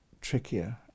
trickier